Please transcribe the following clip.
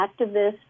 activists